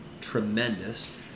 tremendous